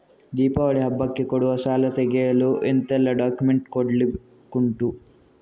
ದೀಪಾವಳಿ ಹಬ್ಬಕ್ಕೆ ಕೊಡುವ ಸಾಲ ತೆಗೆಯಲು ಎಂತೆಲ್ಲಾ ಡಾಕ್ಯುಮೆಂಟ್ಸ್ ಕೊಡ್ಲಿಕುಂಟು?